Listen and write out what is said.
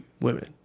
women